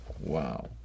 Wow